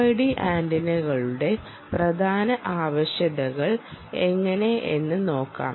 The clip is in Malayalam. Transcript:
RFID ആന്റിനകളുടെ പ്രധാന ആവശ്യകതകൾ എങ്ങനെയെന്ന് നോക്കാം